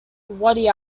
wadi